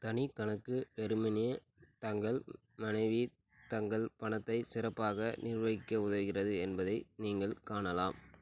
ஒரு தனி கணக்கு வெறுமனே தங்கள் மனைவி தங்கள் பணத்தை சிறப்பாக நிர்வகிக்க உதவுகிறது என்பதை நீங்கள் காணலாம்